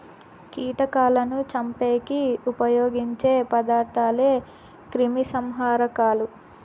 కీటకాలను చంపేకి ఉపయోగించే పదార్థాలే క్రిమిసంహారకాలు